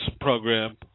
program